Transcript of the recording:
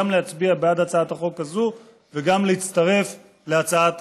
גם להצביע בעד הצעת החוק הזו וגם להצטרף להצעת